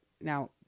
Now